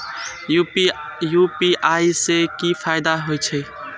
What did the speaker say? UPI से की फायदा हो छे?